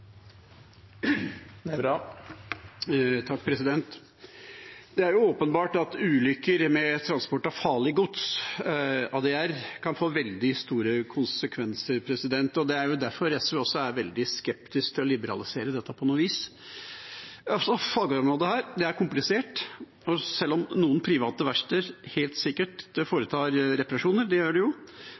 jo åpenbart at ulykker med transport av farlig gods, ADR, kan få veldig store konsekvenser. Det er også derfor SV er veldig skeptisk til å liberalisere dette på noe vis. Fagområdet er komplisert, og selv om noen private verksteder helt sikkert foretar reparasjoner, det gjør de jo,